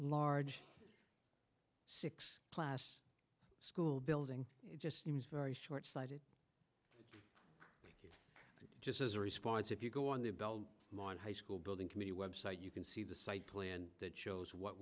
large six class school building it just seems very short sighted just as a response if you go on the bell on high school building committee website you can see the site plan that shows what